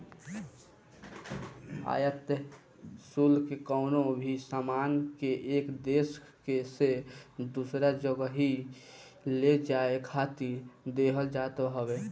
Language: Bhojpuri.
आयात शुल्क कवनो भी सामान के एक देस से दूसरा जगही ले जाए खातिर देहल जात हवे